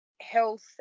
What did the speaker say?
health